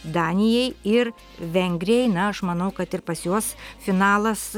danijai ir vengrijai na aš manau kad ir pas juos finalas